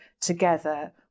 together